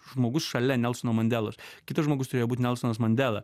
žmogus šalia nelsono mandelos kitas žmogus turėjo būt nelsonas mandela